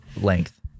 length